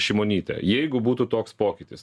šimonytė jeigu būtų toks pokytis